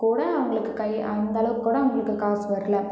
கூட அவங்களுக்கு கை அந்த அளவுக்கு கூட அவங்களுக்கு காசு வர்லை